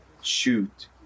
shoot